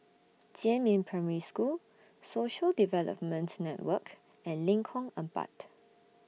Jiemin Primary School Social Development Network and Lengkong Empat